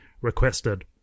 requested